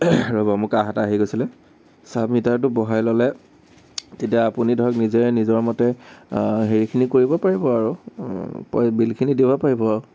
ৰ'ব মোৰ কাঁহ এটা আহি গৈছিলে চাব মিটাৰটো বহাই ল'লে তেতিয়া আপুনি ধৰক নিজে নিজৰ মতে হেৰিখিনি কৰিব পাৰিব আৰু বিলখিনি দিব পাৰিব আৰু